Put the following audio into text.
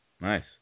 Nice